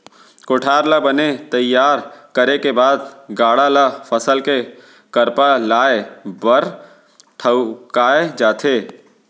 कोठार ल बने तइयार करे के बाद गाड़ा ल फसल के करपा लाए बर ठउकाए जाथे